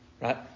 Right